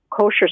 kosher